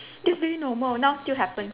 that's very normal now still happen